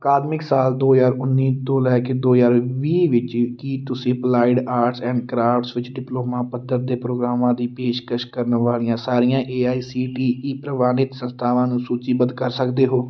ਅਕਾਦਮਿਕ ਸਾਲ ਦੋ ਹਜ਼ਾਰ ਉੱਨੀ ਤੋਂ ਲੈ ਕੇ ਦੋ ਹਜ਼ਾਰ ਵੀਹ ਵਿੱਚ ਕੀ ਤੁਸੀਂ ਅਪਲਾਈਡ ਆਰਟਸ ਐਂਡ ਕਰਾਫਟਸ ਵਿੱਚ ਡਿਪਲੋਮਾ ਪੱਧਰ ਦੇ ਪ੍ਰੋਗਰਾਮਾਂ ਦੀ ਪੇਸ਼ਕਸ਼ ਕਰਨ ਵਾਲੀਆਂ ਸਾਰੀਆਂ A I C T E ਪ੍ਰਵਾਨਿਤ ਸੰਸਥਾਵਾਂ ਨੂੰ ਸੂਚੀਬੱਧ ਕਰ ਸਕਦੇ ਹੋ